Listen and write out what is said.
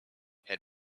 has